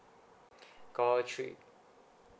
call three